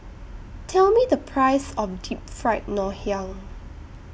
Tell Me The Price of Deep Fried Ngoh Hiang